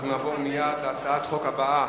אנחנו נעבור מייד להצעת חוק הבאה: